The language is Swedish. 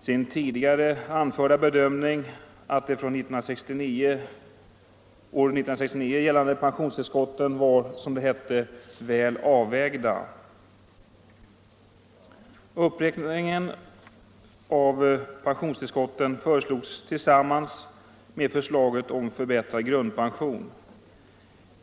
sin tidigare anförda bedömning, att de från år 1969 gällande pensionstillskotten var, som det hette, väl avvägda. Uppräkningen av pensionstillskotten föreslogs tillsammans med förslaget om förbättrad grundpension.